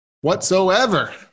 whatsoever